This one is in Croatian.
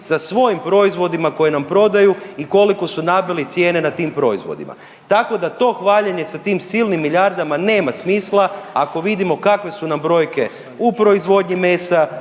sa svojim proizvodima koje nam prodaju i koliko su nabili cijene na tim proizvodima. Tako da to hvaljenje sa tim silnim milijardama nema smisla ako vidimo kakve su nam brojke u proizvodnji mesa,